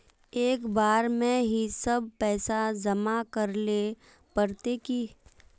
एक बार में ही सब पैसा जमा करले पड़ते की?